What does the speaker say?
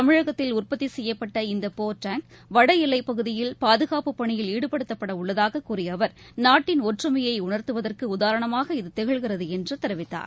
தமிழகத்தில் உற்பத்தி செய்யப்பட்ட இந்த போர் டேங்க் வட எல்லைப் பகுதியில் பாதுனப்புப் பணியில் ஈடுத்தப்பட உள்ளதாக கூறிய அவர் நாட்டின் ஒற்றுமையை உணர்த்துவதற்கு உதாரணமாக இது திகழ்கிறது என்று தெரிவித்தார்